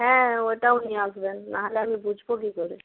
হ্যাঁ ওইটাও নিয়ে আসবেন না হলে আমি বুঝব কী করে